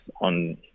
on